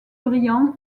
brillant